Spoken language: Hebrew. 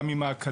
גם עם האקדמיה,